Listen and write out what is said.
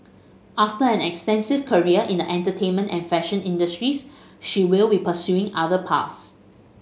after an extensive career in the entertainment and fashion industries she will we pursuing other paths